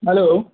hello